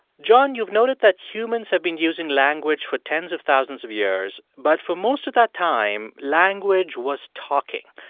john, you've noted that humans have been using language for tens of thousands of years, but for most of that time language was talking.